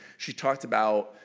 she talked about,